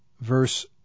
verse